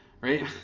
right